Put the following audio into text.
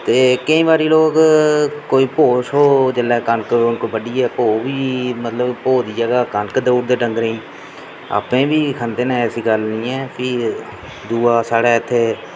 ते केईं बारी लोक कोई प्हो शोह् जेल्लै कनक शनक बड्ढियै ओह् बी मतलब प्हो दी जगह् कनक देई ओड़दे डंगरें गी आपें बी खंदे न ऐसी गल्ल निं ऐ फ्ही दूआ साढै इत्थै